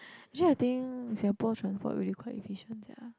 actually I think Singapore transport really quite efficient sia